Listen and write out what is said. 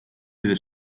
delle